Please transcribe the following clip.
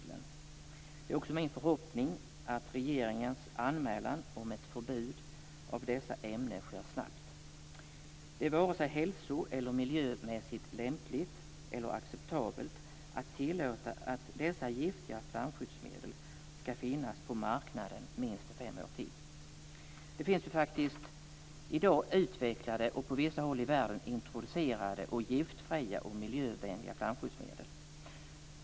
Det är också min förhoppning att regeringens anmälan om ett förbud av dessa ämnen sker snabbt. Det är inte vare sig hälso eller miljömässigt lämpligt eller acceptabelt att tillåta att dessa giftiga flamskyddsmedel skall finnas på marknaden minst fem år till. Det finns faktiskt i dag utvecklade, och på vissa håll i världen introducerade, giftfria och miljövänliga flamskyddsmedel.